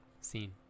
scene